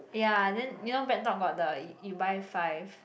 ya then you know BreakTalk got the you buy five